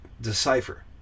decipher